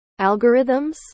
algorithms